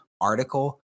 article